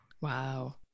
Wow